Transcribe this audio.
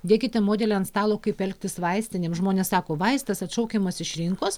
dėkite modelį ant stalo kaip elgtis vaistinėms žmonės sako vaistas atšaukiamas iš rinkos